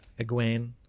Egwene